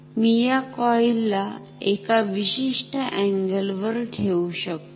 मी या कॉईल ला एका विशिष्ट अँगल वर ठेवू शकतो